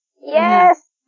Yes